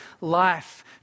life